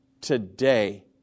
today